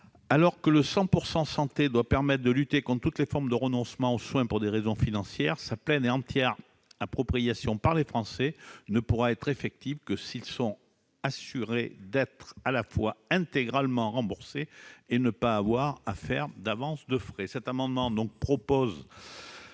Alors que cette offre doit permettre de lutter contre toutes les formes de renoncement aux soins pour des raisons financières, sa pleine et entière appropriation par les Français ne pourra être effective que s'ils sont assurés d'être à la fois intégralement remboursés et de ne pas avoir à faire d'avance de frais.